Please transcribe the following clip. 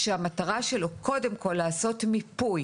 שהמטרה שלו קודם כל לעשות מיפוי,